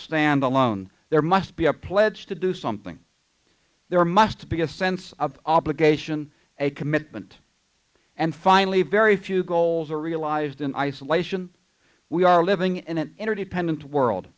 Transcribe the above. stand alone there must be a pledge to do something there must be a sense of obligation a commitment and finally very few goals are realized in isolation we are living in an interdependent world